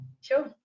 sure